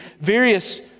various